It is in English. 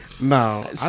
No